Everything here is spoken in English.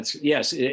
Yes